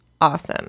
awesome